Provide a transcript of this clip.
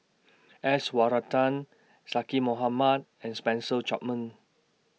S Varathan Zaqy Mohamad and Spencer Chapman